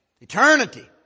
eternity